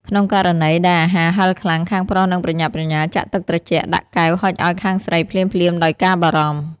ក្នុងករណីដែលអាហារហឹរខ្លាំង ខាងប្រុសនឹងប្រញាប់ប្រញាល់ចាក់ទឹកត្រជាក់ដាក់កែវហុចឱ្យខាងស្រីភ្លាមៗដោយការបារម្ភ។